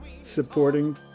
supporting